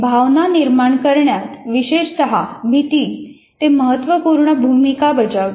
भावना निर्माण करण्यात विशेषत भीती ते महत्त्वपूर्ण भूमिका बजावते